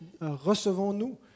recevons-nous